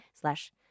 slash